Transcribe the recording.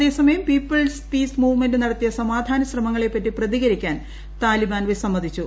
അതേസമയം people's peace movement നടത്തിയ സമാധാന ശ്രമങ്ങളെപ്പറ്റി പ്രതികരിക്കാൻ താലിബാൻ വിസ്സമ്മതിച്ചു